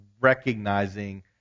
recognizing